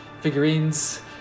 figurines